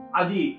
adi